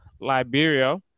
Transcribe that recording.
Liberia